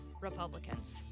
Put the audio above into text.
Republicans